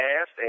asked